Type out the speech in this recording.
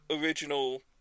original